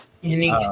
unique